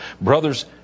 Brothers